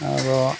ᱟᱨᱚ